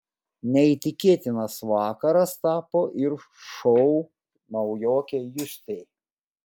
neįtikėtinas vakaras tapo ir šou naujokei justei